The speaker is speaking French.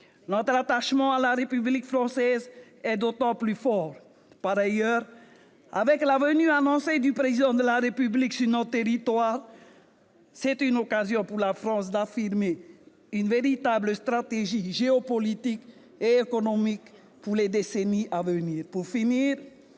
Notre attachement à la République française n'en est que plus fort. En outre, la venue annoncée du Président de la République sur notre territoire est une occasion, pour la France, d'affirmer une véritable stratégie géopolitique et économique pour les décennies à venir. Pour finir,